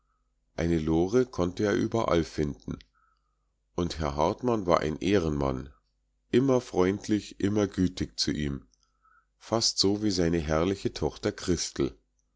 eine lore konnte er überall finden und herr hartmann war ein ehrenmann immer freundlich immer gütig zu ihm fast so wie seine herrliche tochter christel